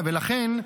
לכן,